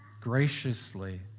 graciously